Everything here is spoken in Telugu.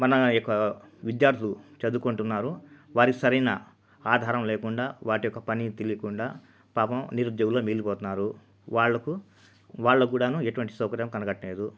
మన ఈ యొక్క విద్యార్థులు చదువుకుంటున్నారు వారు సరైన ఆధారం లేకుండా వాటి యొక్క పని తెలియకుండా పాపం నిరుద్యోగులుగా మిగిలిపోతున్నారు వాళ్ళకు వాళ్ళకు కూడా ఎటువంటి సౌకర్యం కలగటం లేదు